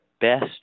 best